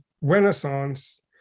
renaissance